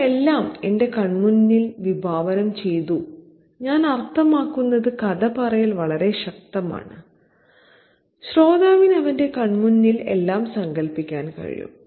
ഞാൻ എല്ലാം എന്റെ കൺമുന്നിൽ വിഭാവനം ചെയ്തു ഞാൻ അർത്ഥമാക്കുന്നത് കഥ പറയൽ വളരെ ശക്തമാണ് ശ്രോതാവിന് അവന്റെ കൺമുന്നിൽ എല്ലാം സങ്കൽപ്പിക്കാൻ കഴിയും